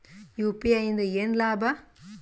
UPI ಇಂದ ಏನ್ ಲಾಭ?